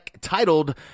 titled